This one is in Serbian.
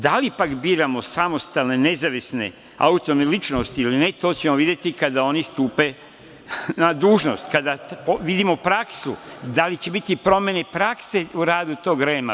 Da li pak biramo samostalne, nezavisne autonomne ličnosti ili ne, to ćemo videti kada oni stupe na dužnost, kada vidimo praksu, da li će biti promene prakse u radu tog REM.